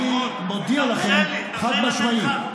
ואני מודיע לכם חד-משמעית,